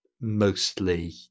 mostly